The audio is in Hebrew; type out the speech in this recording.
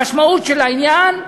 המשמעות של העניין: